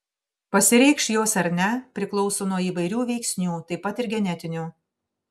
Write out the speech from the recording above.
pasireikš jos ar ne priklauso nuo įvairių veiksnių taip pat ir genetinių